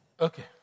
Okay